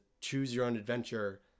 choose-your-own-adventure